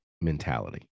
mentality